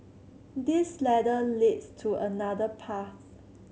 this ladder leads to another path